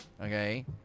Okay